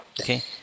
Okay